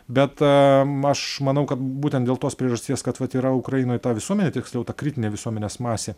bet m aš manau kad būtent dėl tos priežasties kad vat yra ukrainoj ta visuomenė tiksliau ta kritinė visuomenės masė